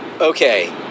okay